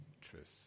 truth